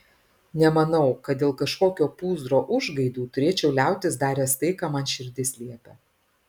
nemanau kad dėl kažkokio pūzro užgaidų turėčiau liautis daręs tai ką man širdis liepia